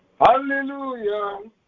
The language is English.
Hallelujah